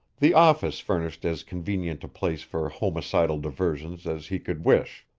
the office furnished as convenient a place for homicidal diversions as he could wish,